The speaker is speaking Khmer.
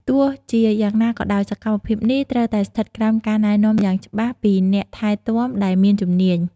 ទោះជាយ៉ាងណាក៏ដោយ សកម្មភាពនេះត្រូវតែស្ថិតក្រោម ការណែនាំយ៉ាងច្បាស់ពីអ្នកថែទាំដែលមានជំនាញ។